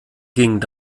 ging